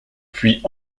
puis